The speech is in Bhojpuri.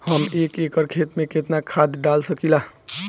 हम एक एकड़ खेत में केतना खाद डाल सकिला?